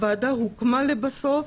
הוועדה הוקמה לבסוף.